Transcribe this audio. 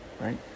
right